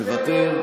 מוותר.